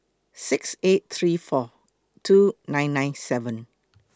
six eight three four two nine nine seven